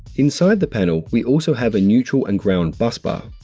inside the panel, we also have a neutral and ground bus bar.